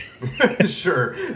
Sure